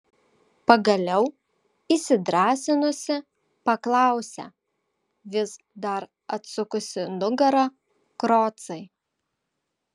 pagaliau įsidrąsinusi paklausė vis dar atsukusi nugarą krocai